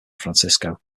francisco